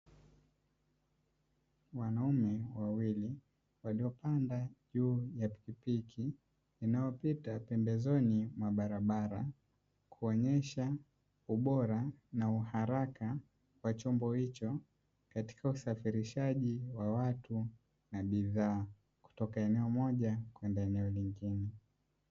Wanaume wawili waliopanda juu ya pikipiki inayopita pembezoni mwa barabara, kuonyesha ubora na uharaka wa chombo hicho katika usafirishaji wa watu na bidhaa kutoka eneo moja kwenda jingine.